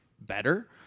better